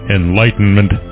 enlightenment